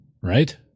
Right